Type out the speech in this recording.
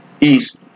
east